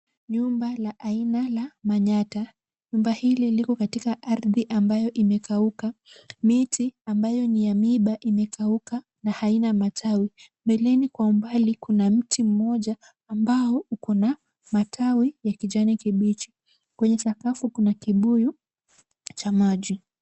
Nyumba la aina la manyatta. Nyumba hili liko katika ardhi ambayo imekauka. Miti ambayo ni ya miba imekauka na haina matawi. Mbeleni kwa umbali kuna mti mmoja ambao uko na matawi ya kijani kibichi. Kwenye sakafuni kuna kibuyu cha maji.